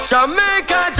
Jamaica